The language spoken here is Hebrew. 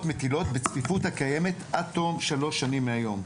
מטילות בצפיפות הקיימת עד תום 3 שנים מהיום.